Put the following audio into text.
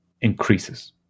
increases